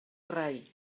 rai